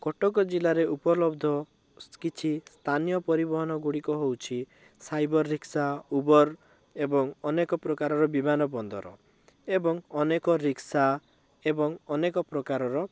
କଟକ ଜିଲ୍ଲାରେ ଉପଲବ୍ଧ କିଛି ସ୍ଥାନୀୟ ପରିବହନ ଗୁଡ଼ିକ ହଉଛି ସାଇବର୍ ରିକ୍ସା ଉବର୍ ଏବଂ ଅନେକ ପ୍ରକାରର ବିମାନ ବନ୍ଦର ଏବଂ ଅନେକ ରିକ୍ସା ଏବଂ ଅନେକ ପ୍ରକାରର